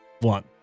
One